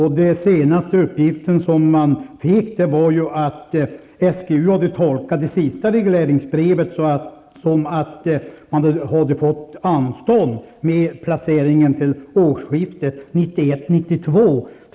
Den senaste uppgiften man fick var att SGU hade tolkat det sista regleringsbrevet som att man hade fått anstånd med placeringen till årsskiftet 1991--92.